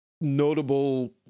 notable